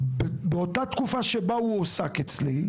באותה תקופה שבה הוא הועסק אצלי,